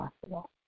possible